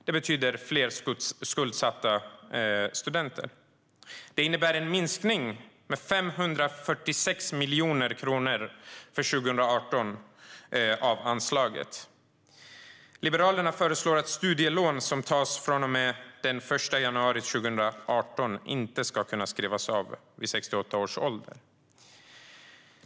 Det betyder fler skuldsatta studenter. "Det innebär en minskning med 546 000 000 kronor för 2018 av anslaget - Liberalerna föreslår att studielån som tas fr.o.m. den 1 januari 2018 inte ska kunna skrivas av vid 68 års ålder."